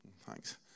Thanks